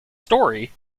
story